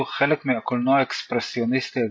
חלק מהקולנוע האקספרסיוניסטי הגרמני,